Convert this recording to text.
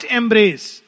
embrace